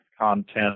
content